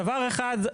דבר אחד,